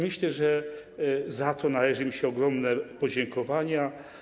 Myślę, że za to należą im się ogromne podziękowania.